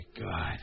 God